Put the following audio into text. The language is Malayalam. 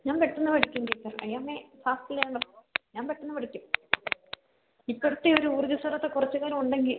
ഞാൻ പെട്ടെന്ന് പഠിക്കും teacher I am a fast learner ഞാൻ പെട്ടെന്ന് പഠിക്കും ഇപ്പോഴത്തെ ഒരു ഊർജ്ജസ്വം കുറച്ചും കൂടെ ഉണ്ടെങ്കിൽ